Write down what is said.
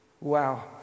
Wow